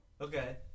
Okay